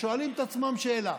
ששואלים את עצמם שאלה: